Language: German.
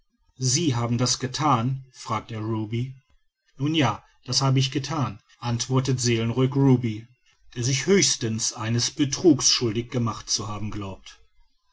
sie haben das gethan fragt er ruby nun ja das habe ich gethan antwortet seelenruhig ruby der sich höchstens eines betrugs schuldig gemacht zu haben glaubt